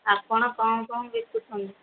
ଆପଣ କ'ଣ କ'ଣ ବିକୁଛନ୍ତି